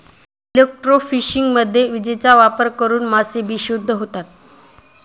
इलेक्ट्रोफिशिंगमध्ये विजेचा वापर करून मासे बेशुद्ध होतात